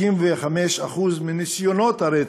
55% מניסיונות הרצח.